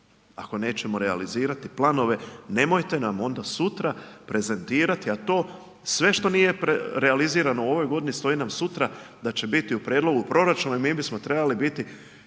Ako nećemo realizirati planove, nemojte nam onda sutra prezentirati, a to sve što nije realizirano u ovoj godini stoji nam sutra da će biti u prijedlogu proračuna i mi bismo trebali biti